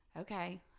okay